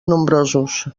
nombrosos